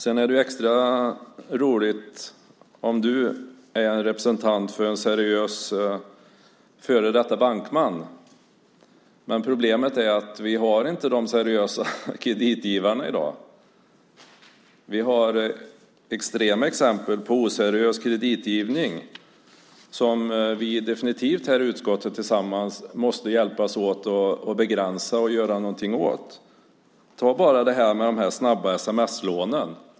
Sedan är det extra roligt att du varit en seriös före detta bankman. Men problemet är att vi inte har de seriösa kreditgivarna i dag. Vi har extrema exempel på oseriös kreditgivning som vi tillsammans här i utskottet definitivt måste hjälpas åt att begränsa och göra någonting åt. Ta bara de snabba sms-lånen!